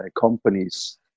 companies